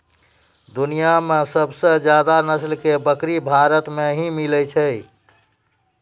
दुनिया मॅ सबसे ज्यादा नस्ल के बकरी भारत मॅ ही मिलै छै